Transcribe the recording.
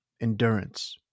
endurance